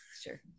sure